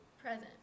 present